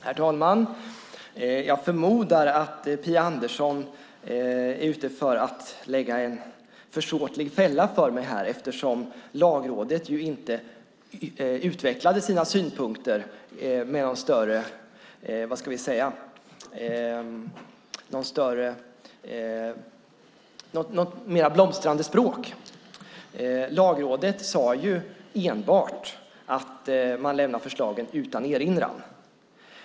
Herr talman! Jag förmodar att Phia Andersson här är ute efter att gillra en försåtlig fälla för mig här. Lagrådet utvecklade ju inte sina synpunkter med något mer blomstrande språk. Lagrådet sade enbart att förslagen lämnas utan erinran.